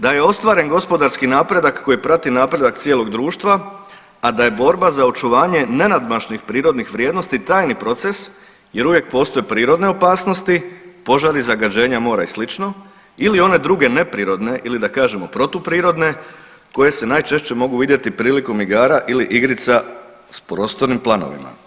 Da je ostvaren gospodarski napredak koji prati napredak cijelog društva, a da je borba za očuvanje nenadmašnih prirodnih vrijednosti tajni proces jer uvijek postoje prirodne opasnosti, požari, zagađenja mora i slično ili one druge neprirodne ili da kažemo protuprirodne koje se najčešće mogu vidjeti prilikom igara ili igrica s prostornim planovima.